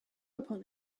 upon